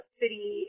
city